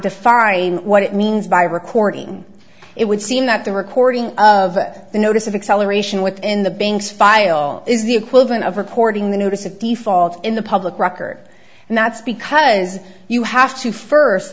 define what it means by recording it would seem that the recording of the notice of acceleration within the banks file is the equivalent of recording the notice of default in the public record and that's because you have to first